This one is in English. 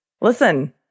listen